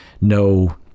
no